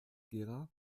gera